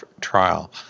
trial